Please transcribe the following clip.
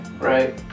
Right